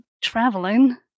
Traveling